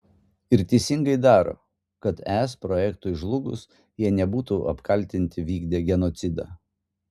ir teisingai daro kad es projektui žlugus jie nebūtų apkaltinti vykdę genocidą